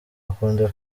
akunda